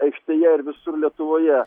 aikštėje ir visur lietuvoje